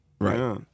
Right